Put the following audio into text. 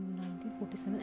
1947